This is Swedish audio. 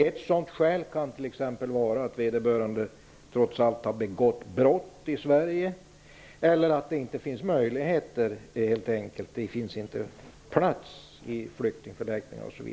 Ett sådant skäl kan t.ex. vara att vederbörande har begått brott i Sverige eller att det helt enkelt inte finns plats att ta emot honom på någon flyktingförläggning.